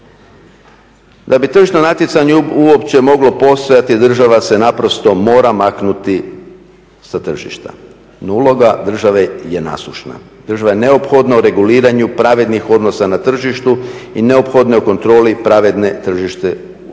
Da bi tržišno natjecanje uopće moglo postojati država se naprosto mora maknuti sa tržišta. No uloga države je nasušna. Država je neophodno u reguliranju pravednih odnosa na tržištu i neophodno je u kontroli pravedne tržišne utakmice.